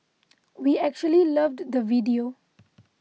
we actually loved the video